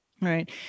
Right